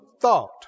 thought